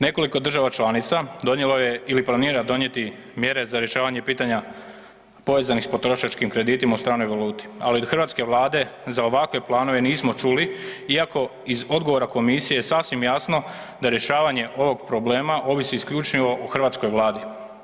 Nekoliko država članica donijelo je ili je planiralo donijeti mjere za rješavanje pitanja povezanih s potrošačkim kreditima u stranoj valuti, ali od hrvatske vlade za ovakve planove nismo čuli iako iz odgovora komisije je sasvim jasno da rješavanje ovog problema ovisi isključivo o hrvatskoj vladi.